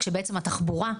כשבעצם התחבורה,